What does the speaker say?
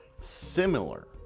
similar